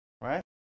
right